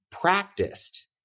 practiced